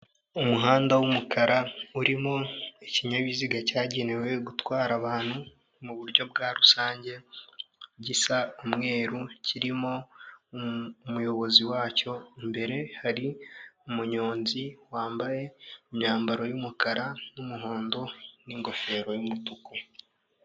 Umuhanda w'umukara, urimo ikinyabiziga cyagenewe gutwara abantu mu buryo bwa rusange, gisa umweru, kirimo umuyobozi wacyo, imbere hari umunyonzi, wambaye imyambaro y'umukara, n'umuhondo, n'ingofero y'umutuku.